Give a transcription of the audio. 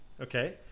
Okay